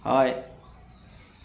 হয়